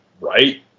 right